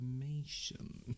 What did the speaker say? information